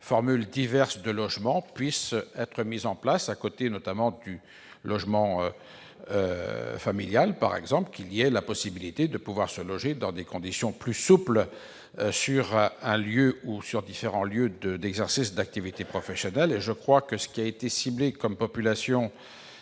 formules diverses de logements puissent être mises en place, à côté notamment du logement familial. Je pense à la possibilité de se loger dans des conditions plus souples sur un lieu ou sur différents lieux d'activité professionnelle. Le public qui a été ciblé comme pouvant